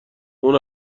اون